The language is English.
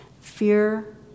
fear